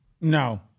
No